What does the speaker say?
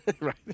Right